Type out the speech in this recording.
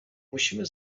musimy